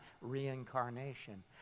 reincarnation